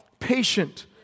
patient